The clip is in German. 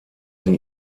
sie